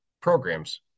programs